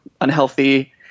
unhealthy